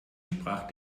sprach